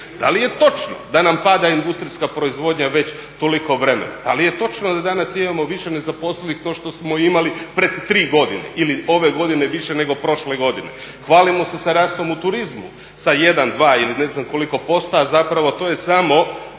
Da li je točno da nam pada industrijska proizvodnja već toliko vremena? Da li je točno da danas imamo više nezaposlenih no što smo imali pred 3 godine ili ove godine više nego prošle godine? Hvalimo se sa rastom u turizmu, sa 1, 2 ili ne znam koliko posto, a zapravo to je samo